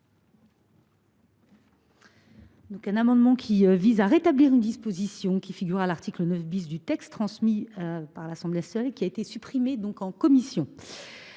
Ces amendements visent à rétablir une disposition figurant à l’article 9 du texte transmis par l’Assemblée nationale, qui a été supprimée par la commission.